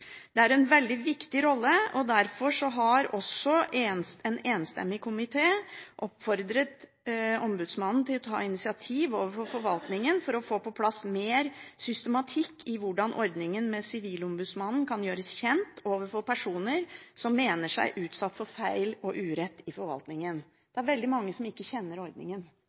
Det er en veldig viktig rolle. Derfor har også en enstemmig komité oppfordret Sivilombudsmannen til å ta initiativ overfor forvaltningen for å få på plass mer systematikk i hvordan ordningen med Sivilombudsmannen kan gjøres kjent overfor personer som mener seg utsatt for feil og urett i forvaltningen. Det er veldig mange som ikke kjenner ordningen.